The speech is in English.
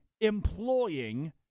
employing